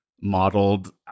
modeled